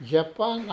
Japan